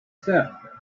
step